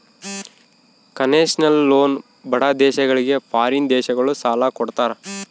concessional loan ಬಡ ದೇಶಗಳಿಗೆ foreign ದೇಶಗಳು ಸಾಲ ಕೊಡ್ತಾರ